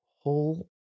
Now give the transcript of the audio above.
whole